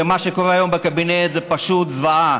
ומה שקורה היום בקבינט זה פשוט זוועה,